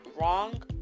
wrong